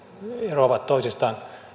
eroavat toisistaan